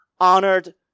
honored